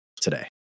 today